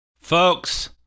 Folks